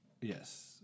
Yes